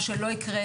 מה שלא יקרה,